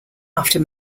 after